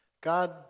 God